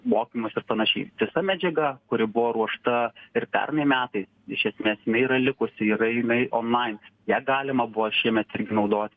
mokymas ir panašiai visa medžiaga kuri buvo ruošta ir pernai metais iš esmės jinai yra likusi yra jinai onlain ją galima buvo šiemet irgi naudoti